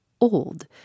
old